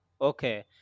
Okay